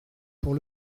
pour